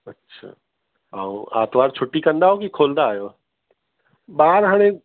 अच्छा ऐं आर्तवारु छुट्टी कंदव की खोलंदा आहियो ॿार हाणे